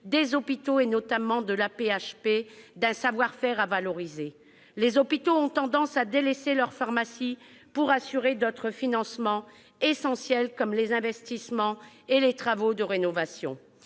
des hôpitaux, notamment à l'AP-HP, d'un savoir-faire à valoriser. Les hôpitaux ont tendance à délaisser leurs pharmacies pour assurer d'autres financements essentiels comme les investissements et les travaux de rénovation.